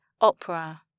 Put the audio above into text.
Opera